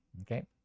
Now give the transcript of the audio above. Okay